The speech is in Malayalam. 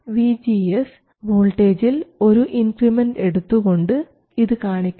VGS ΔVGS വോൾട്ടേജിൽ ഒരു ഇൻക്രിമെൻറ് എടുത്തുകൊണ്ട് ഇത് കാണിക്കാം